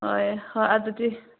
ꯍꯣꯏ ꯍꯣꯏ ꯑꯗꯨꯗꯤ